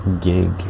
gig